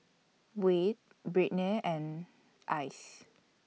Wayde Brittnay and Alyce